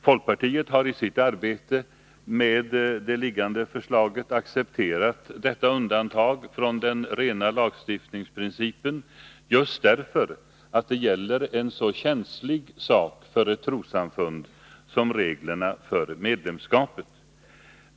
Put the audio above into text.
Folkpartiet har i sitt arbete med det liggande förslaget accepterat detta undantag från den rena lagstiftningsprincipen just därför att det gäller en för ett trossamfund så känslig sak som reglerna för medlemskapet.